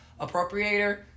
appropriator